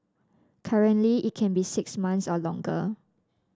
currently it can be six months or longer